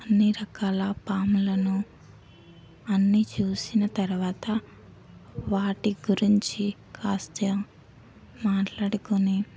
అన్ని రకాల పాములను అన్నీ చూసిన తరువాత వాటి గురించి కాస్త మాట్లాడుకొని